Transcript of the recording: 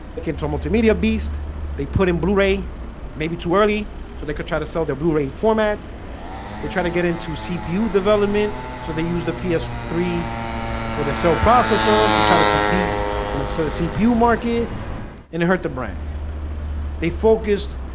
can throw multimedia beasts they put in blu-ray maybe too early so they could try to sell their blu-ray format they try to get into cpu development so they use the p s three for the cell so processor to try to compete in a so cpu market and it hurt the brand they focused